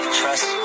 trust